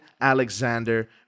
Alexander